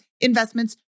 investments